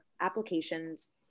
applications